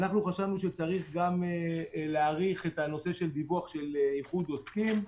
אנחנו חשבנו שצריך גם להאריך את הנושא של דיווח של איחוד עוסקים.